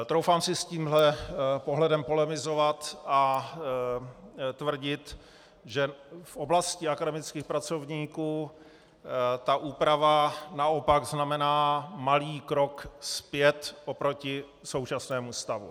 Troufám si s tímhle pohledem polemizovat a tvrdit, že v oblasti akademických pracovníků ta úprava naopak znamená malý krok zpět oproti současnému stavu.